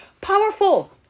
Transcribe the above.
powerful